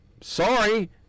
sorry